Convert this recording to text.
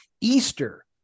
Easter